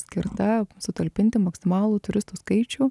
skirta sutalpinti maksimalų turistų skaičių